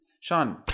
Sean